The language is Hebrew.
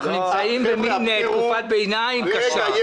אנחנו נמצאים במין תקופת ביניים קצרה.